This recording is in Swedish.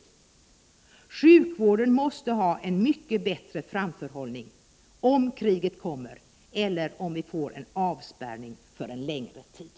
Sjukvården måste ha en mycket bättre framförhållning — om kriget kommer eller om vi får en avspärrning för en längre tid.